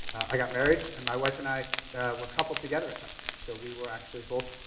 i got married and my wife and i were coupled together at tuck, so we were actually both,